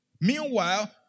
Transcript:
Meanwhile